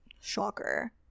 shocker